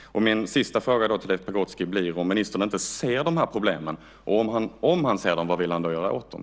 Min sista fråga till Leif Pagrotsky blir om ministern inte ser de här problemen. Och om han ser dem, vad vill han då göra åt dem?